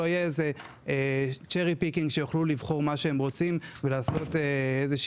או יכולת לבחור אם ללכת אליו